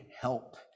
help